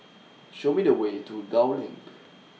Show Me The Way to Gul LINK